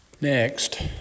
Next